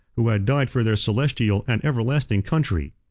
who had died for their celestial and everlasting country.